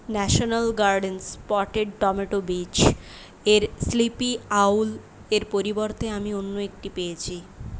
national gardens potted tomato বীজ এর sleepy owl এর পরিবর্তে আমি অন্য একটি পেয়েছি